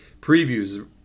previews